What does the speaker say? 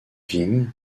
vignes